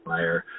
Fire